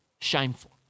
shameful